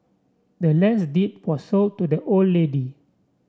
the land's deed was sold to the old lady